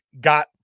got